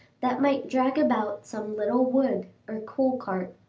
that might drag about some little wood or coal cart.